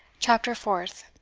chapter fourth.